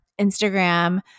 Instagram